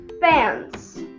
fans